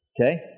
Okay